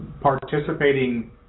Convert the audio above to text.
participating